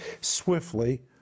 swiftly